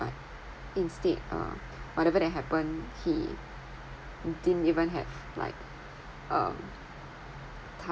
but instead uh whatever there happen he didn't even have like uh time